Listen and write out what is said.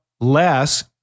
less